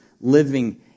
living